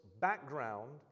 background